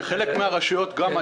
גם היום חלק מהרשויות משתתפות,